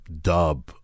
dub